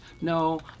No